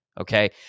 okay